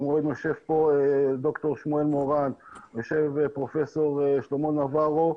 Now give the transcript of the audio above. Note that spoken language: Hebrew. יושב פה ד"ר שמואל מורן, יושב פרופ' שלמה נבארו,